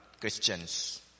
Christians